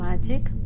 Magic